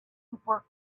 super